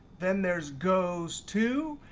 then there's goes to.